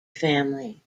family